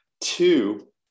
Two